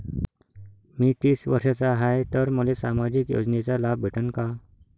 मी तीस वर्षाचा हाय तर मले सामाजिक योजनेचा लाभ भेटन का?